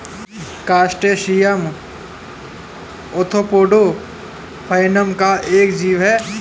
crustacean arthropoda phylum का एक जीव है